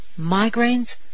migraines